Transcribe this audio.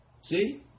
See